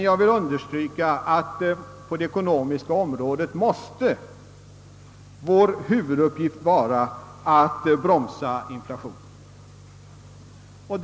Jag vill understryka att vår huvuduppgift på det ekonomiska området måste vara att bromsa inflationen.